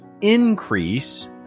increase